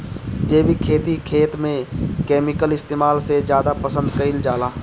जैविक खेती खेत में केमिकल इस्तेमाल से ज्यादा पसंद कईल जाला